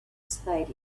spade